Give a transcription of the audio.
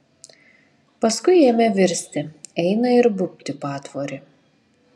paskui ėmė virsti eina ir bubt į patvorį